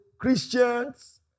Christians